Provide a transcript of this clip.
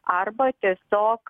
arba tiesiog